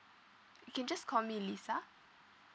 you can just call me lisa